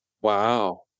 Wow